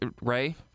Ray